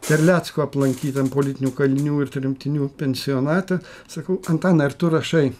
terlecko aplankyt tam politinių kalinių ir tremtinių pensionate sakau antanai ar tu rašai